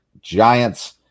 Giants